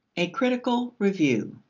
a critical review.